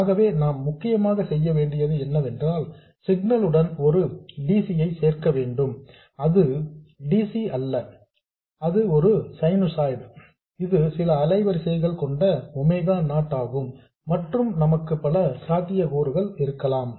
ஆகவே நாம் முக்கியமாக செய்யவேண்டியது என்னவென்றால் சிக்னல் உடன் ஒரு dc ஐ சேர்க்க வேண்டும அது dc அல்ல அது ஒரு சைனுசாய்டு இது சில அலைவரிசைகள் கொண்ட ஒமேகா நாட் ஆகும் மற்றும் நமக்கு பல சாத்தியக்கூறுகள் இருக்கலாம்